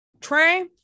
Trey